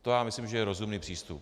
To já myslím, že je rozumný přístup.